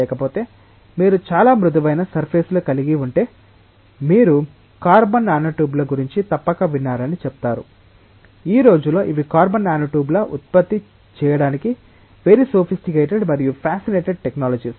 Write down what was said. లేకపోతే మీరు చాలా మృదువైన సర్ఫేస్ లు కలిగి ఉంటే మీరు కార్బన్ నానోట్యూబ్ల గురించి తప్పక విన్నారని చెప్తారు ఈ రోజుల్లో ఇవి కార్బన్ నానోట్యూబ్ల ను ఉత్పత్తి చేయడానికి వెరీ సోఫిస్టికేటేడ్ మరియు ఫ్యాసినెటెడ్ టెక్నోలజిస్